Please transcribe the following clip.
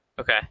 Okay